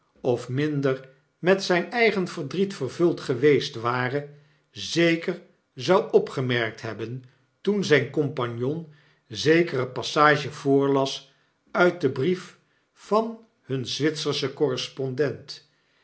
of minder met zijn eigen verdriet vervuld geweest ware zeker zou opgemerkt hebben toen zijn compagnon zekere passage voorlas uit den brief van hun zwitserschen correspondent